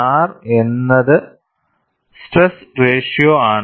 R എന്നത് stress ratio ആണ്